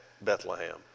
Bethlehem